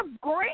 great